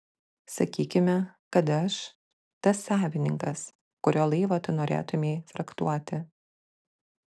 sakykime kad aš tas savininkas kurio laivą tu norėtumei frachtuoti